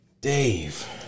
Dave